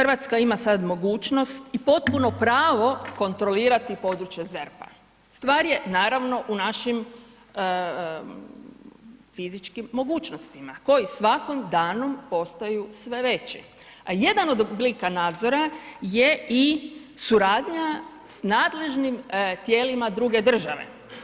RH ima sad mogućnost i potpuno pravo kontrolirati područje ZERP-a, stvar je naravno u našim fizičkim mogućnostima koji svakim danom postaju sve veći, a jedan od oblika nadzora je i suradnja s nadležnim tijelima druge države.